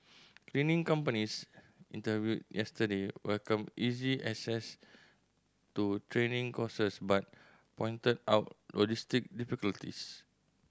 cleaning companies interviewed yesterday welcomed easy access to training courses but pointed out logistical difficulties